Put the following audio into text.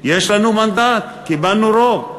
יש לנו מנדט, קיבלנו רוב.